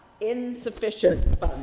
Insufficient